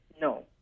No